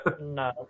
No